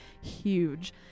huge